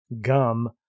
gum